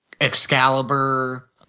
Excalibur